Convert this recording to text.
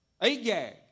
Agag